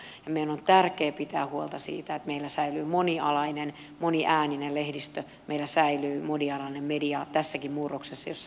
meidän on tärkeää pitää huolta siitä että meillä säilyy monialainen moniääninen lehdistö meillä säilyy monialainen media tässäkin murroksessa jossa me olemme